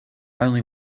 only